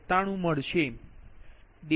97મળશે